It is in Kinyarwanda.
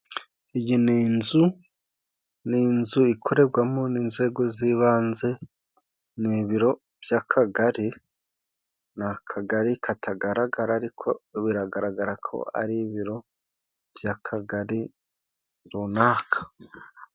Iyi ni inzu. Ni inzu ikorerwamo n' inzego z'ibanze. Ni ibiro by' Akagari. Ni akagari katagaragara ariko biragaragara ko ari ibiro by'akagari runaka.